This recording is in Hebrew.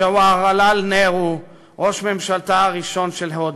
ג'ווהרלל נהרו, ראש ממשלתה הראשון של הודו.